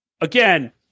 again